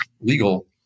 legal